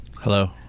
Hello